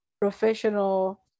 professional